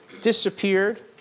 disappeared